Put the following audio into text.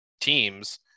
teams